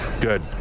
Good